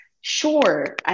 sure